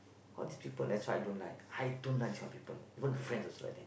all these people that's why I don't like I don't like this kind of people even friends also like that